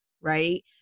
Right